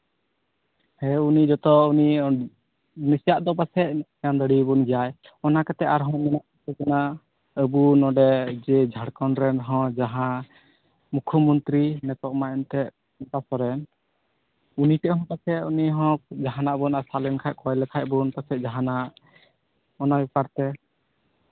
ᱦᱮᱸ ᱩᱱᱤ ᱡᱚᱛᱚ ᱩᱱᱤ ᱥᱮᱭᱟᱜ ᱫᱚ ᱯᱟᱥᱮᱡ ᱢᱤᱫ ᱪᱟᱸᱫᱳ ᱨᱮᱜᱮ ᱵᱚᱱ ᱚᱱᱟ ᱠᱟᱛᱮᱫ ᱟᱨᱦᱚᱸ ᱟᱵᱚ ᱱᱚᱸᱰᱮ ᱤᱭᱟᱹ ᱡᱷᱟᱲᱠᱷᱚᱸᱰ ᱨᱮᱱ ᱦᱚᱲ ᱡᱟᱦᱟᱸ ᱢᱩᱠᱠᱷᱚᱢᱚᱱᱛᱨᱤ ᱱᱤᱛᱚᱜ ᱢᱟ ᱮᱱᱛᱮᱜ ᱦᱮᱢᱚᱱᱛᱚ ᱥᱚᱨᱮᱱ ᱩᱱᱤ ᱴᱷᱮᱱ ᱦᱚᱸ ᱯᱟᱥᱮᱡ ᱩᱱᱤ ᱦᱚᱸ ᱡᱟᱦᱟᱱᱟᱜ ᱵᱚᱱ ᱟᱥᱟ ᱞᱮᱱᱠᱷᱟᱱ ᱠᱚᱭ ᱞᱮᱱᱠᱷᱟᱱ ᱵᱚᱱ ᱯᱟᱥᱮᱡ ᱡᱟᱦᱟᱱᱟᱜ ᱚᱱᱟ ᱵᱮᱯᱟᱨ ᱛᱮ